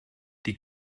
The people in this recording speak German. die